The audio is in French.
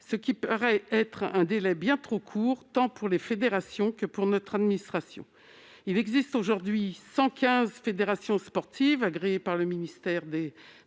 Le délai ainsi laissé paraît bien trop court, tant pour les fédérations que pour notre administration. Il existe aujourd'hui 115 fédérations sportives agréées par le ministère de la jeunesse